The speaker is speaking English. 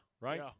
right